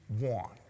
want